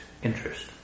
interest